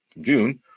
June